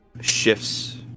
shifts